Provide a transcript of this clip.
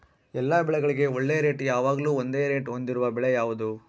ಎಲ್ಲ ಬೆಳೆಗಳಿಗೆ ಒಳ್ಳೆ ರೇಟ್ ಯಾವಾಗ್ಲೂ ಒಂದೇ ರೇಟ್ ಹೊಂದಿರುವ ಬೆಳೆ ಯಾವುದು?